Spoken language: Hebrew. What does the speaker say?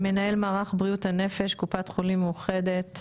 מנהל מערך בריאות הנפש, קופת חולים מאוחדת.